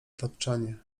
tapczanie